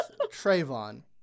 Trayvon